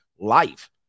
life